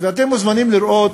אתם מוזמנים לראות,